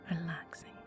relaxing